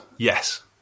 Yes